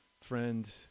friend